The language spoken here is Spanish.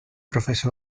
prof